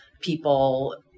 people